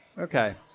Okay